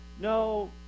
no